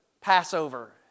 Passover